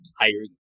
hiring